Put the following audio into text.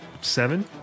seven